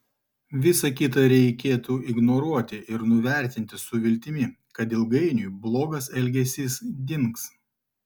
visa kita reikėtų ignoruoti ir nuvertinti su viltimi kad ilgainiui blogas elgesys dings